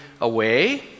away